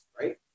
right